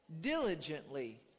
diligently